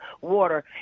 water